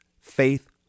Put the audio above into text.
faith